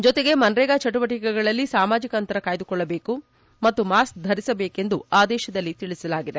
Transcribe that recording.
ಜತೆಗೆ ಮನ್ರೇಗಾ ಚಟುವಟಕೆಗಳಲ್ಲಿ ಸಾಮಾಜಿಕ ಅಂತರ ಕಾಯ್ದುಕೊಳ್ಳಬೇಕು ಮತ್ತು ಮಾಸ್ಕ್ ಧರಿಸಬೇಕು ಎಂದು ಆದೇಶದಲ್ಲಿ ತಿಳಿಸಲಾಗಿದೆ